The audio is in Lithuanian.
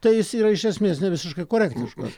tai jis yra iš esmės nevisiškai korektiškas